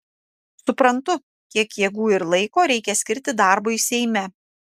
suprantu kiek jėgų ir laiko reikia skirti darbui seime